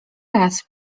raz